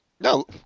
No